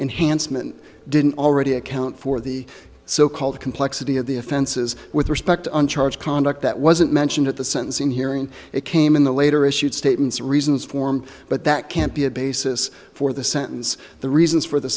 enhancement didn't already account for the so called complexity of the offenses with respect and charge conduct that wasn't mentioned at the sentencing hearing it came in the later issued statements reasons form but that can't be a basis for the sentence the reasons for the